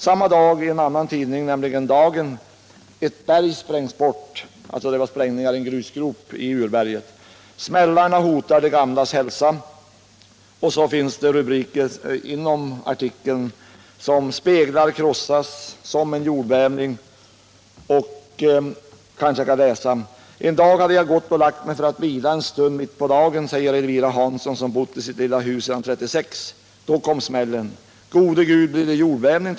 Samma dag i en annan tidning, Dagen, står att läsa: ”Ett berg som sprängs bort” — det var fråga om sprängningar i en grusgrop i urberget - och ”Smällarna hotar de gamlas hälsa!” I artikeln finns det rubriker som t.ex. ”Speglar krossas” och ”Som en jordbävning”. Under den senare rubriken står bl.a. följande: ”En dag hade jag gått och lagt mig för att vila en stund mitt på dagen, säger Elvira Hansson, som bott i sitt lilla hus sedan 1936. Då kom smällen. ”Gode Gud, blir det jordbävning?